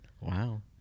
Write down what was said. Wow